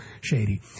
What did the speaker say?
Shady